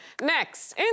Next